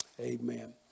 Amen